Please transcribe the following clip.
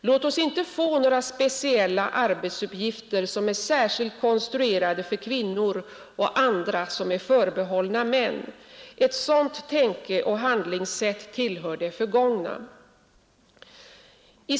Låt oss inte få några arbetsuppgifter som är särskilt konstruerade för kvinnor och andra som är förbehållna män. Ett sådant tänkeoch handlingssätt tillhör det förgångna.